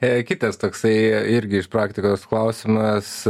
kitas toksai irgi iš praktikos klausimas